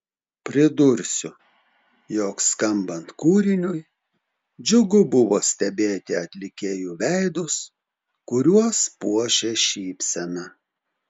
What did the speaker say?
pridursiu jog skambant kūriniui džiugu buvo stebėti atlikėjų veidus kuriuos puošė šypsena